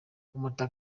ukomoka